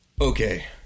okay